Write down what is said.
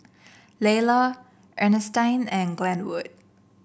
Laylah Earnestine and Glenwood